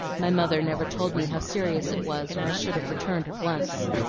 my mother never told me how serious it was, or i should have returned at once.